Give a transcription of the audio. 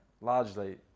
largely